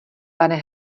pane